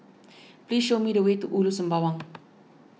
please show me the way to Ulu Sembawang